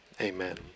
amen